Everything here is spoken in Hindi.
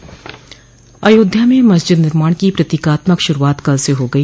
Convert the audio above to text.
अयोध्या में मस्जिद निर्माण की प्रतीकात्मक शुरूआत कल से हो गई